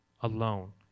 alone